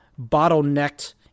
bottlenecked